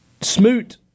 Smoot